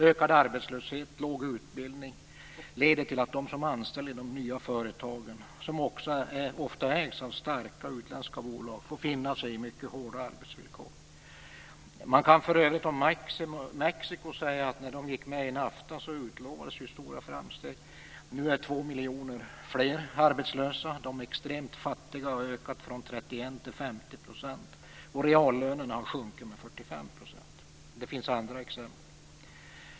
Ökad arbetslöshet och låg utbildning leder till att de som anställs i de nya företagen, vilka ofta ägs av starka utländska bolag, får finna sig i mycket hårda arbetsvillkor. Man kan för övrigt om Mexiko säga att det när det landet gick med i NAFTA utlovades stora framsteg. Nu är 2 miljoner fler arbetslösa. De extremt fattiga har ökat från 31 % till 50 %, och reallönerna har sjunkit med 45 %. Det finns också andra exempel.